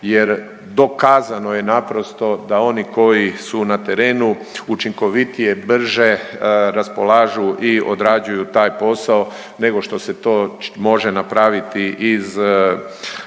jer dokazano je naprosto da oni koji su na terenu učinkovitije, brže raspolažu i odrađuju taj posao, nego što se to može napraviti iz